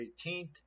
18th